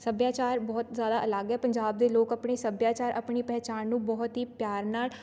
ਸੱਭਿਆਚਾਰ ਬਹੁਤ ਜ਼ਿਆਦਾ ਅਲੱਗ ਹੈ ਪੰਜਾਬ ਦੇ ਲੋਕ ਆਪਣੇ ਸੱਭਿਆਚਾਰ ਆਪਣੀ ਪਹਿਚਾਣ ਨੂੰ ਬਹੁਤ ਹੀ ਪਿਆਰ ਨਾਲ਼